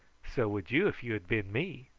so would you if you had been me.